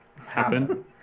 happen